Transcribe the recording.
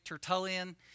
Tertullian